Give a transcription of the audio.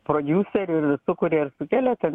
prodiuserių ir visų kurie ir sukėlė ten